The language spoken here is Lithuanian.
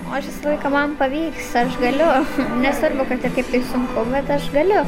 o aš visą laiką man pavyks aš galiu nesvarbu kad ir kaip tai sunku bet aš galiu